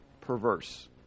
perverse